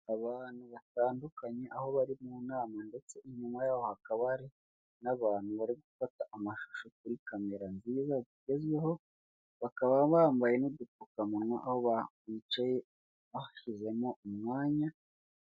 Iyo abayobozi basoje inama bari barimo hari ahantu habugenewe bahurira bakiga ku myanzuro yafashwe ndetse bakanatanga n'umucyo ku bibazo byagiye bigaragazwa ,aho hantu iyo bahageze baraniyakira.